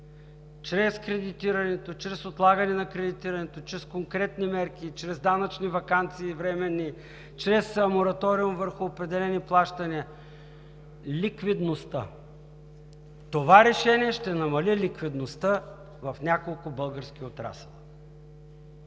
чрез кредитирането, чрез отлагане на кредитирането, чрез конкретни мерки, чрез данъчни временни ваканции, чрез мораториум върху определени плащания. Ликвидността! Това решение ще намали ликвидността в няколко български отрасъла.